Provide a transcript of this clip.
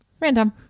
random